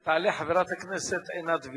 עינת וילף.